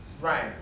Right